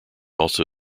also